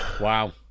Wow